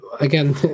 again